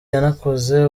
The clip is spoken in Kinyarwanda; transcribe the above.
yanakoze